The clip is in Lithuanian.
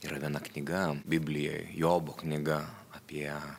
yra viena knyga biblijoj jobo knyga apie